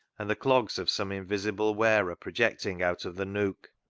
and the clogs of some invisible wearer projecting out of the nook.